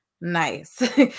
Nice